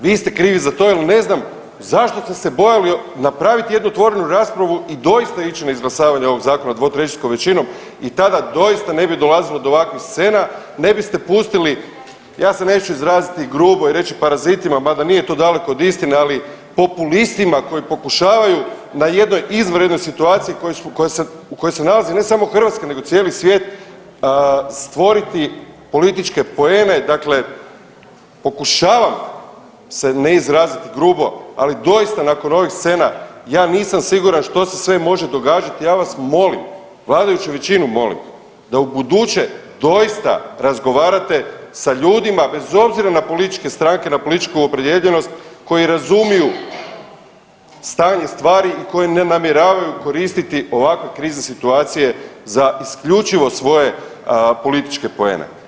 Vi ste krivi za to jer ne znam zašto ste se bojali napraviti jednu otvorenu raspravu i doista ići na izglasavanje ovog zakona dvotrećinskom većinom i tada doista ne bi dolazilo do ovakvih scena, ne biste pustili, ja se neću izraziti grubo i reći parazitima mada nije to daleko od istine, ali populistima koji pokušavaju na jednoj izvanrednoj situaciji u kojoj se nalazi ne samo Hrvatska nego i čitav svijet, stvoriti političke poene, dakle pokušavam se ne izraziti grubo ali doista nakon ovih scena, ja nisam siguran što se sve može događati, ja vas molim, vladajuću većinu molim, da ubuduće doista razgovarate sa ljudima bez obzira na političke stranke, na političku opredijeljenost koji razumiju stanje stvari, koji ne namjeravaju koristiti ovakve krizne situacije za isključivo svoje političke poene.